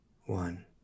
one